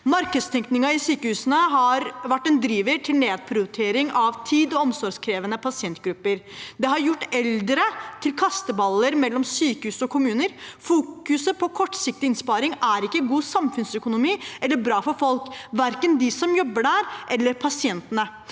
Markedstenkningen i sykehusene har vært en driver til nedprioritering av tid- og omsorgskrevende pasient grupper. Den har gjort eldre til kasteballer mellom sykehus og kommuner. Fokus på kortsiktig innsparing er ikke god samfunnsøkonomi eller bra for folk, verken for dem som jobber der eller for pasientene.